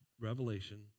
Revelation